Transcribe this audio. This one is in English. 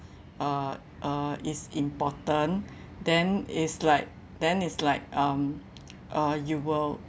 uh uh is important then is like then is like um uh you will